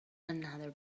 another